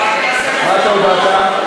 מה אתה הודעת?